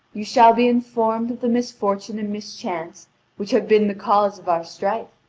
you shall be informed of the misfortune and mischance which have been the cause of our strife.